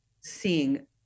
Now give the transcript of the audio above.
seeing